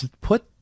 put